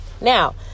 now